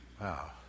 Wow